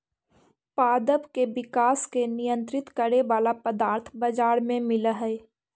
पादप के विकास के नियंत्रित करे वाला पदार्थ बाजार में मिलऽ हई